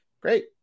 great